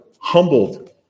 humbled